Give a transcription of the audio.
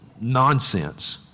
nonsense